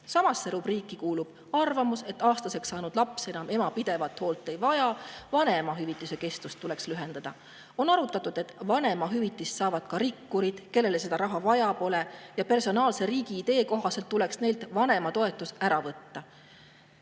Samasse rubriiki kuulub arvamus, et aastaseks saanud laps enam ema pidevat hoolt ei vaja, vanemahüvitise kestust tuleks lühendada. On arutatud, et vanemahüvitist saavad ka rikkurid, kellele seda raha vaja pole, personaalse riigi idee kohaselt tuleks neilt vanematoetus ära võtta."